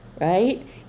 right